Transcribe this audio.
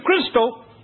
crystal